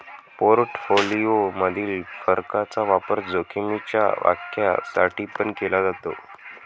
portfolio मधील फरकाचा वापर जोखीमीच्या व्याख्या साठी पण केला जातो